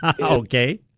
Okay